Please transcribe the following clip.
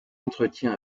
entretien